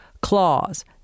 Claws